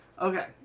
Okay